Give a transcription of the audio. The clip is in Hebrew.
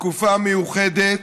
בתקופה מיוחדת.